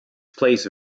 place